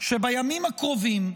שבימים הקרובים,